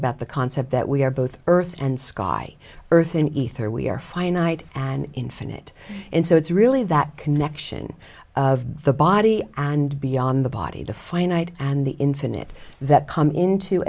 about the concept that we are both earth and sky earth and ether we are finite and infinite and so it's really that connection of the body and beyond the body the finite and the infinite that come into